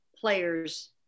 players